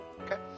Okay